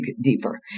deeper